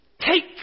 Take